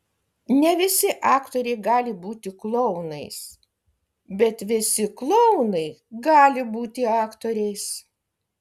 ne visi aktoriai gali būti klounais bet visi klounai gali būti aktoriais